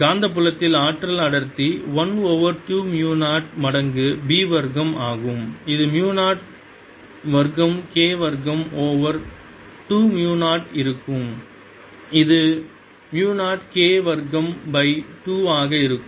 காந்தப்புலத்தில் ஆற்றல் அடர்த்தி 1 ஓவர் 2 மு 0 மடங்கு B வர்க்கம் ஆகும் இது மு 0 வர்க்கம் K வர்க்கம் ஓவர் 2 மு 0 இருக்கும் இது 0 K வர்க்கம் பை 2 ஆக இருக்கும்